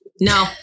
No